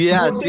Yes